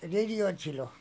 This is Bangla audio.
রেডিও ছিলো